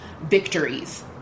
victories